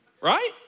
Right